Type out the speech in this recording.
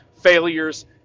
failures